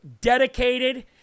dedicated